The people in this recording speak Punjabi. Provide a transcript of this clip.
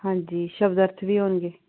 ਹਾਂਜੀ ਸ਼ਬਦ ਅਰਥ ਵੀ ਹੋਣਗੇ